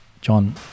John